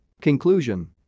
Conclusion